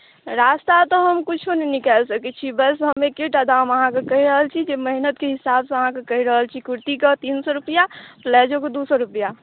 रास्ता तऽ हम किछो नहि निकालि सकैत छी बस हम एक्के टा दाम अहाँ जे कहि रहल छी मेहनति हिसाबसँ अहाँकेँ कहि रहल छी कुर्तीके तीन सए रुपैआ प्लाजोके के दू सए रुपैआ